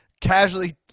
casually